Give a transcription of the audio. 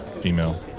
Female